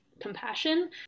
compassion